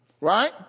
Right